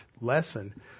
lesson